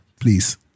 please